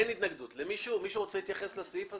מישהו נוסף רוצה להתייחס לסעיף הזה?